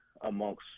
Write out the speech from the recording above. amongst